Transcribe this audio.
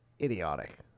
idiotic